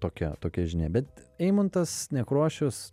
tokia tokia žinia bet eimuntas nekrošius